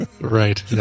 Right